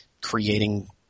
creating